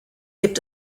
gibt